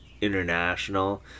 international